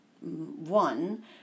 one